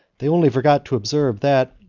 they only forgot to observe, that,